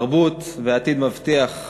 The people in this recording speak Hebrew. תרבות ועתיד מבטיח.